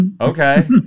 okay